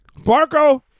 Barco